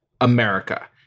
America